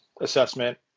assessment